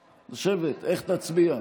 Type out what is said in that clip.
לשבת, איך תצביע?